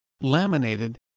laminated